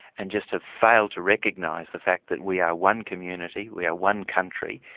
and just have failed to recognise the fact that we are one community, we are one country,